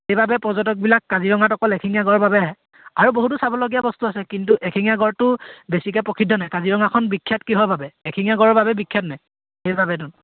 সেইবাবে পৰ্য্য়টকবিলাক কাজিৰঙাত অকল এশিঙীয়া গঁড়ৰ বাবে আহে আৰু বহুতো চাবলগীয়া বস্তু আছে কিন্তু এশিঙীয়া গঁড়টো বেছিকৈ প্ৰসিদ্ধ নে কাজিৰঙাখন বিখ্যাত কিহৰ বাবে এশিঙীয়া গঁড়ৰ বাবে বিখ্যাত নে সেইবাবেতো